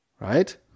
right